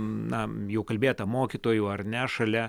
na jau kalbėta mokytojų ar ne šalia